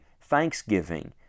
Thanksgiving